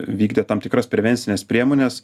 vykdė tam tikras prevencines priemones